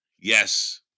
Yes